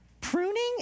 Pruning